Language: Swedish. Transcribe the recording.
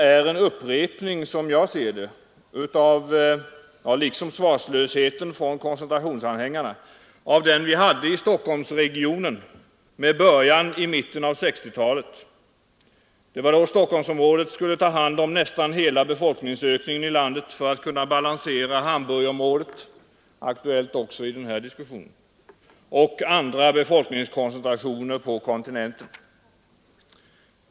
Som jag ser det är den debatten — liksom svarslösheten från koncentrationsanhängarna — en upprepning av den debatt vi hade i Stockholmsregionen med början i mitten av 1960-talet. Det var då Stockholmsområdet skulle ta hand om nästan hela befolkningsökningen i landet för att kunna balansera Hamburgområdet, aktuellt också i denna diskussion, och andra befolkningskoncentrationer på kontinenten.